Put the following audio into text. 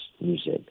music